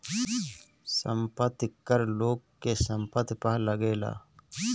संपत्ति कर लोग के संपत्ति पअ लागेला